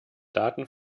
daten